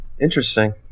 Interesting